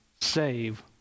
save